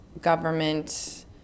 government